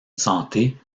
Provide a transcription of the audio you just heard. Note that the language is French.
santé